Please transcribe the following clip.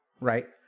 right